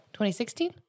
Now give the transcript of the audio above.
2016